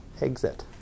Exit